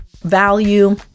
Value